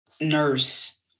nurse